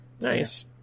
Nice